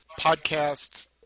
podcasts